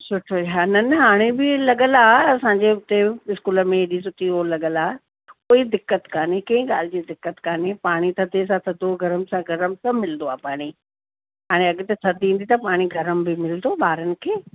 सुठो ई न न हाणे बि लॻलु आहे असांजे हुते स्कूल में एॾी सुठी ओ लॻलु आहे कोई दिक़त कान्हे कंहिं ॻाल्हि जी दिक़त कान्हे पाणी थधे सां थधो गरम सां गरमु सभु मिलंदो आहे पाणी हाणे अॻिते थधि ईंदी त पाणी गरमु बि मिलंदो ॿारनि खे